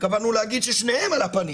התכוונו להגיד ששניהם על הפנים.